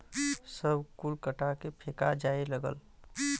सब कुल कटा के फेका जाए लगल